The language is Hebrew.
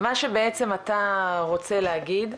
מה שבעצם את הרוצה להגיד,